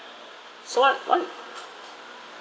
so what what